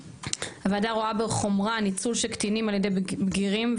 הוועדה רואה בחומרה ניצול של קטינים על ידי בגירים,